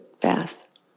fast